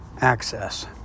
access